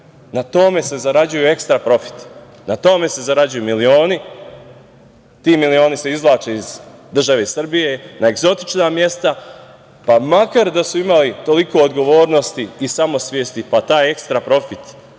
Na tome se zarađuje ekstra profit. Na tome se zarađuju milioni, ti milioni se izvlače iz države Srbije na egzotična mesta. Makar da su imali toliko odgovornosti i samosvesti, pa taj ekstra profit,